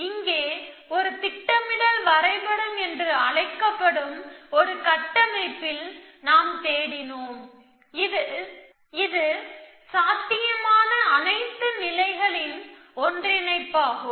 இங்கே ஒரு திட்டமிடல் வரைபடம் என்று அழைக்கப்படும் ஒரு கட்டமைப்பில் நாம் தேடினோம் இது சாத்தியமான அனைத்து நிலைகளின் ஒன்றிணைப்பாகும்